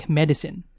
medicine